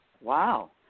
Wow